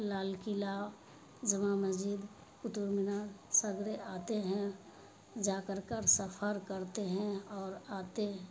لال قلعہ جامع مسجد قطب مینار سویرے آتے ہیں جا کر کر سفر کرتے ہیں اور آتے